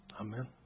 Amen